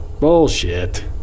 Bullshit